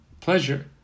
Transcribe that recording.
pleasure